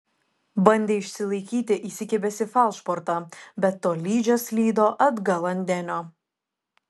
bandė išsilaikyti įsikibęs į falšbortą bet tolydžio slydo atgal ant denio